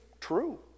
true